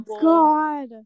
God